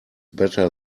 better